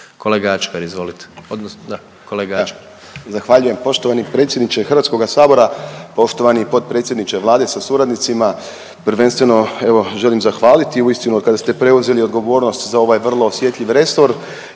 Krešimir (HDZ)** Zahvaljujem poštovani predsjedniče Hrvatskoga sabora. Poštovani potpredsjedniče Vlade sa suradnicima, prvenstveno evo želim zahvaliti uistinu kada ste preuzeli odgovornost za ovaj vrlo osjetljiv resor